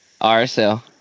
RSL